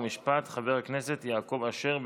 חוק ומשפט חבר הכנסת יעקב אשר,